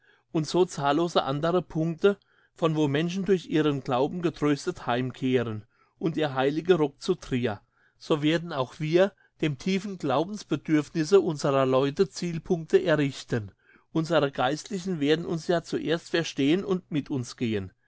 und so zahllose andere punkte von wo menschen durch ihren glauben getröstet heimkehren und der heilige rock zu trier so werden auch wir dem tiefen glaubensbedürfnisse unserer leute zielpunkte errichten unsere geistlichen werden uns ja zuerst verstehen und mit uns gehen